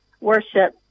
worship